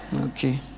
Okay